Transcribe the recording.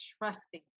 trusting